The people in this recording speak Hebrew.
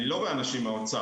אני לא רואה אנשים מהאוצר,